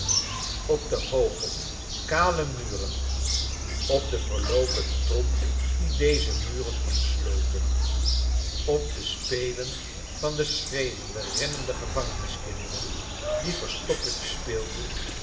op de hooge kale muxen op den veroopen troep dien deze muxen omslotcn op de spelen van de schreeuwende rennende gevangeniskindexen die vexstoppertje speelden